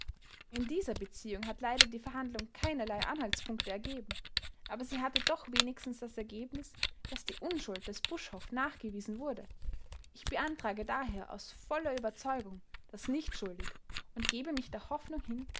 in dieser beziehung hat leider die verhandlung keinerlei anhaltspunkte ergeben aber sie hatte doch wenigstens das ergebnis daß die unschuld des buschhoff nachgewiesen wurde ich beantrage daher aus voller überzeugung das nichtschuldig und gebe mich der hoffnung hin